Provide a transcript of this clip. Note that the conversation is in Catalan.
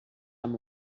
amb